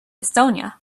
estonia